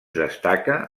destaca